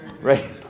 Right